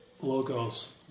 Logos